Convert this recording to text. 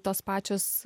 tos pačios